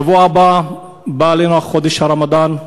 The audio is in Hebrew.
בשבוע הבא בא עלינו חודש הרמדאן,